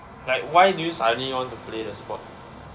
like why did you suddenly want play in the sport